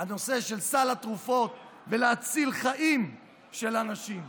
הנושא של סל התרופות ולהציל חיים של אנשים.